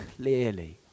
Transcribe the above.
clearly